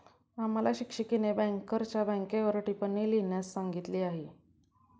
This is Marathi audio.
आम्हाला शिक्षिकेने बँकरच्या बँकेवर टिप्पणी लिहिण्यास सांगितली आहे